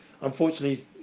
unfortunately